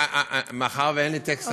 מאחר שאין לי טקסט,